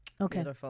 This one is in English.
Okay